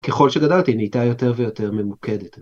ככל שגדלתי נהייתה יותר ויותר ממוקדת.